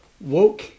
Woke